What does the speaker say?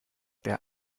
der